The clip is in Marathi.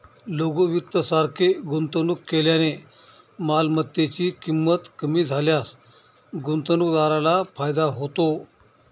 लघु वित्त सारखे गुंतवणूक केल्याने मालमत्तेची ची किंमत कमी झाल्यास गुंतवणूकदाराला फायदा होतो